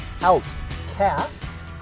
Outcast